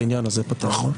את העניין הזה פתרנו.